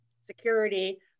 security